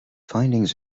findings